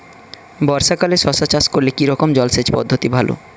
বর্ষাকালে শশা চাষ করলে কি রকম জলসেচ পদ্ধতি ভালো?